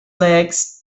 legs